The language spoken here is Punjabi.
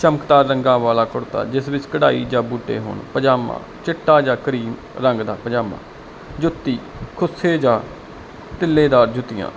ਚਮਕਦਾਰ ਰੰਗਾਂ ਵਾਲਾ ਕੁੜਤਾ ਜਿਸ ਵਿੱਚ ਕਢਾਈ ਜਾ ਬੂਟੇ ਪਜਾਮਾ ਚਿੱਟਾ ਜਿਹਾ ਕਰੀ ਲੱਗਦਾ ਪਜਾਮਾ ਜੁੱਤੀ ਖੁਸੇ ਜਾ ਕਿੱਲੇ ਦਾ ਜੁੱਤੀਆਂ